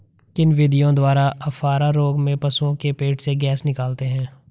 किन विधियों द्वारा अफारा रोग में पशुओं के पेट से गैस निकालते हैं?